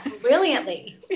brilliantly